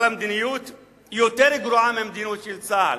אבל המדיניות יותר גרועה מהמדיניות של צה"ל.